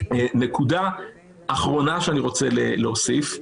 נקודה אחרונה שאני רוצה להוסיף: